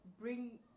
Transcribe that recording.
bring